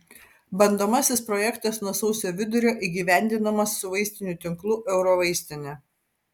bandomasis projektas nuo sausio vidurio įgyvendinamas su vaistinių tinklu eurovaistinė